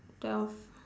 twelve